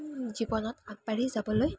জীৱনত আগবাঢ়ি যাবলৈ